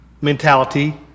mentality